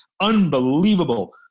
unbelievable